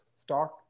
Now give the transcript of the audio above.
stock